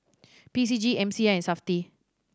P C G M C I and Safti